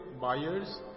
buyers